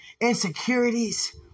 insecurities